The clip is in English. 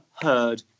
heard